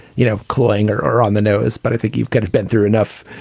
you know, cloying or or on the nose. but i think you've kind of been through enough.